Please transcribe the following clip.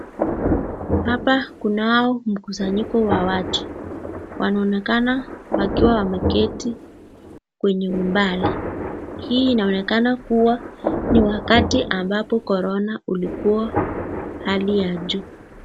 Hapa kunao mkusanyiko wa watu, wanaonekana wakiwa wameketi kwenye umbali. Hii inaonekana kuwa ni wakati ambapo Corona ulikuwa hali ya juu.